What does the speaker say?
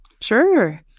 Sure